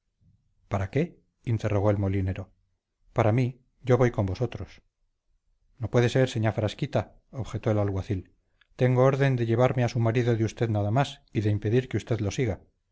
para qué interrogó el molinero para mí yo voy con vosotros no puede ser señá frasquita objetó el alguacil tengo orden de llevarme a su marido de usted nada más y de impedir que usted lo siga